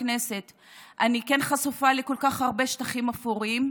כנסת אני חשופה לכל כך הרבה שטחים אפורים,